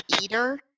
eater